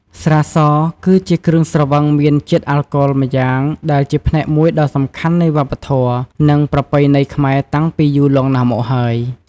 ស្រាស គឺជាគ្រឿងស្រវឹងមានជាតិអាល់កុលម្យ៉ាង ដែលជាផ្នែកមួយដ៏សំខាន់នៃវប្បធម៌ និងប្រពៃណីខ្មែរតាំងពីយូរលង់ណាស់មកហើយ។